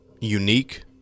unique